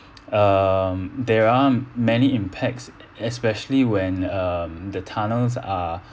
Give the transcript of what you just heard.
um there are many impacts especially when um the tunnels are